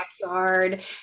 backyard